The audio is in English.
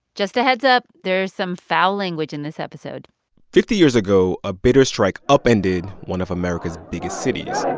just a heads-up. there's some foul language in this episode fifty years ago, a bitter strike upended one of america's biggest cities